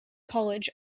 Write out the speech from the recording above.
college